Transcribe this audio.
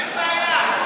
אין בעיה.